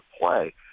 play